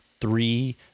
three